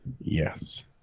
Yes